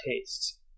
tastes